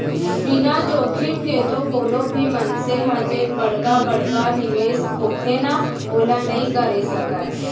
बिना जोखिम के तो कोनो भी मनसे ह जेन बड़का बड़का निवेस होथे ना ओला नइ करे सकय